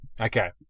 Okay